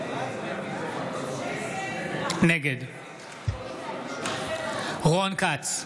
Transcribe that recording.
נגד רון כץ,